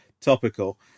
topical